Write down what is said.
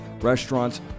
restaurants